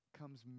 comes